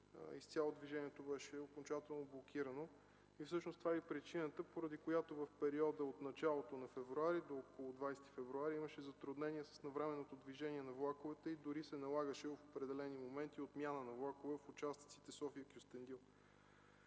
изцяло и окончателно блокирано. Всъщност това е и причината, поради която в периода от началото на февруари до около 20 февруари имаше затруднения с навременното движение на влаковете, дори се налагаше в определени моменти отмяна на влакове в участъците София Кюстендил.